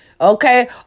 Okay